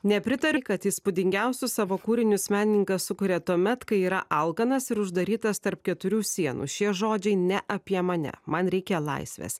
nepritari kad įspūdingiausius savo kūrinius menininkas sukuria tuomet kai yra alkanas ir uždarytas tarp keturių sienų šie žodžiai ne apie mane man reikia laisvės